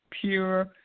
pure